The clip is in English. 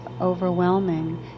overwhelming